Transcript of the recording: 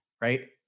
right